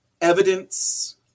evidence